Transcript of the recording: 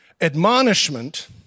Admonishment